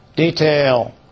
Detail